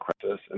crisis